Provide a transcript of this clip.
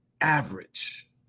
Average